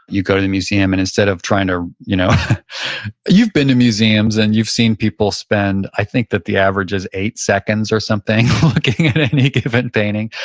you go to the museum. and instead of trying to, you know you've been to museums and you've seen people spend, i think that the average is eight seconds or something looking at any given painting.